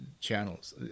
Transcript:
channels